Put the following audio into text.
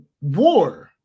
war